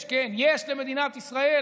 יש, כן, יש למדינת ישראל